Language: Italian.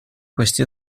questi